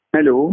Hello